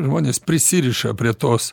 žmonės prisiriša prie tos